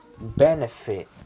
benefit